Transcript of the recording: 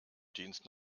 dienst